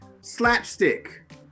slapstick